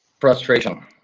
frustration